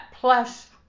Plus